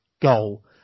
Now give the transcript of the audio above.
goal